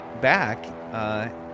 back